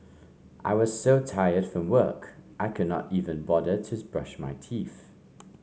I was so tired from work I could not even bother to brush my teeth